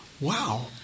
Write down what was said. Wow